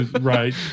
Right